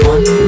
One